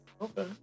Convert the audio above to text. okay